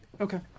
Okay